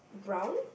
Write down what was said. brown